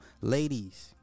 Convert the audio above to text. ladies